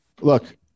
look